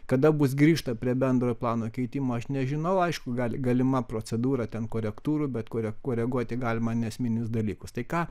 kada bus grįžta prie bendrojo plano keitimo aš nežinau aišku gal galima procedūra ten korektūrų bet kore koreguoti galima neesminius dalykus tai ką